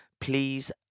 Please